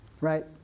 right